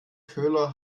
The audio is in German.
köhler